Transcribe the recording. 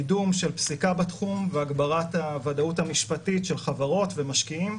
קידום של פסיקה בתחום והגברת הוודאות המשפטית של חברות ומשקיעים,